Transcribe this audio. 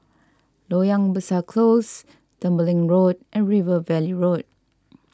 Loyang Besar Close Tembeling Road and River Valley Road